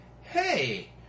hey